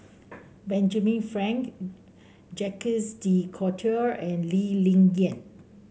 Benjamin Frank Jacques De Coutre and Lee Ling Yen